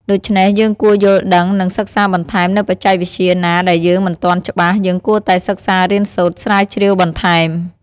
ដូច្នេះយើងគួរយលដឺងនិងសិក្សាបន្ថែមនៅបច្ចេកវិទ្យាណាដែលយើងមិនទាន់ច្បាស់យើងគួរតែសិក្សារៀនសូត្រស្រាវជ្រាវបន្ថែម។